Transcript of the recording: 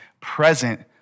present